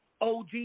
og